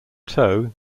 tow